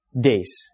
days